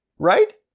right?